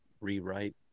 rewrite